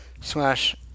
slash